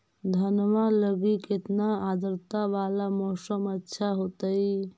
धनमा लगी केतना आद्रता वाला मौसम अच्छा होतई?